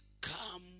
come